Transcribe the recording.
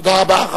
תודה רבה.